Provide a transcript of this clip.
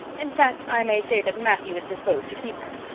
in fact i may say that matthew is disposed to keep her.